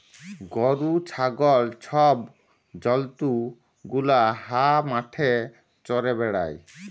গরু, ছাগল ছব জল্তু গুলা হাঁ মাঠে চ্যরে বেড়ায়